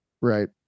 Right